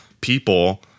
people